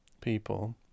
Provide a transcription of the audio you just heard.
people